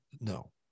no